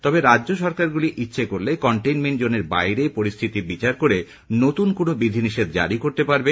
তবে রাজ্য সরকারগুলি ইচ্ছে করলে কনটেইনমেন্ট জোনের বাইরে পরিস্হিতি বিচার করে নতুন কোনও বিধিনিষেধ জারি করতে পারবে